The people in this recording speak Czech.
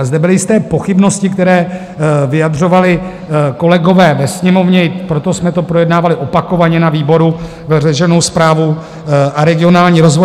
Zde byly jisté pochybnosti, které vyjadřovali kolegové ve Sněmovně, proto jsme to projednávali opakovaně na výboru pro veřejnou správu a regionální rozvoj.